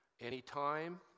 anytime